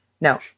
No